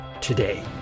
today